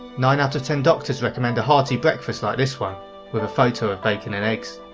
nine out of ten doctors recommend a hearty breakfast like this one with a photo of bacon and eggs.